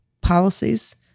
policies